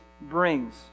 brings